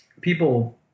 people